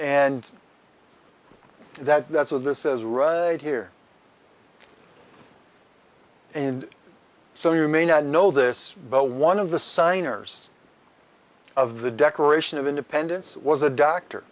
and that that's of this is right here and so you may not know this but one of the signers of the declaration of independence was a doctor